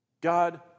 God